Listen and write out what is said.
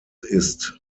ist